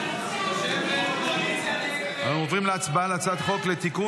אנחנו עוברים להצבעה על הצעת חוק לתיקון